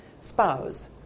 spouse